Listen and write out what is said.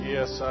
Yes